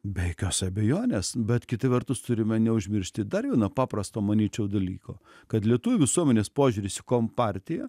be jokios abejonės bet kita vertus turime neužmiršti dar vieno paprasto manyčiau dalyko kad lietuvių visuomenės požiūris į kompartiją